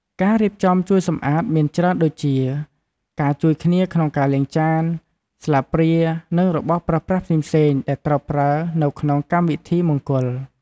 ការរៀបចំជួយសម្អាតមានច្រើនដូចជាការជួយគ្នាក្នុងការលាងចាន ស្លាបព្រានិងរបស់ប្រើប្រាស់ផ្សេងៗដែលត្រូវប្រើនៅក្នុងកម្មវិធីមង្គល។